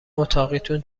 اتاقیتون